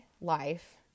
life